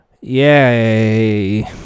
Yay